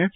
F